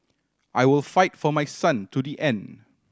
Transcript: I will fight for my son to the end